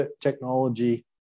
technology